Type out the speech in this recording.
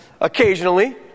occasionally